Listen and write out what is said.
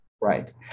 right